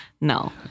no